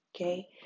Okay